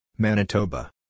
Manitoba